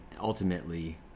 ultimately